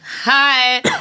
Hi